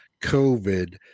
COVID